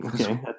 Okay